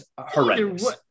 horrendous